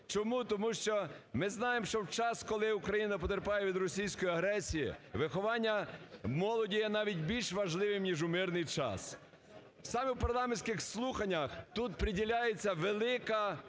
Чому? Тому що ми знаємо, що у час, коли Україна потерпає від російської агресії, виховання молоді є навіть більш важливим, ніж у мирний час. Саме у парламентських слуханнях тут приділяється велика